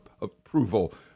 approval